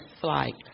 flight